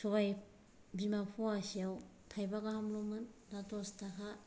सबाय बिमा फयासेयाव थायबा गाहाम लमोन दा दस थाखा